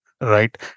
right